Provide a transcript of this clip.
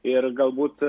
ir galbūt